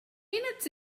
minutes